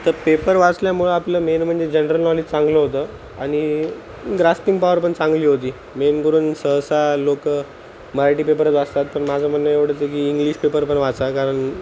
तर पेपर वाचल्यामुळे आपलं मेन म्हणजे जनरल नॉलेज चांगलं होतं आणि ग्रास्पिंग पॉवर पण चांगली होती मेन करून सहसा लोक मराठी पेपरच वाचतात पण माझं म्हणणं एवढंचं आहे की इंग्लिश पेपर पण वाचा कारण